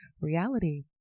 reality